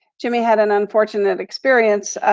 jimmy had an unfortunate experience,